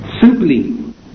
simply